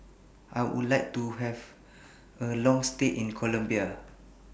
I Would like to Have A Long stay in Colombia